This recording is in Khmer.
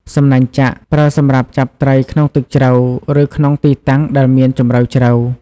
សំណាញ់ចាក់ ប្រើសម្រាប់ចាប់ត្រីក្នុងទឹកជ្រៅ ឬក្នុងទីតាំងដែលមានជម្រៅជ្រៅ។